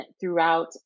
throughout